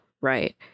right